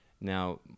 now